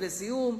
ולסיום,